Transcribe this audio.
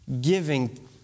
giving